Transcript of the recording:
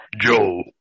Joe